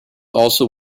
also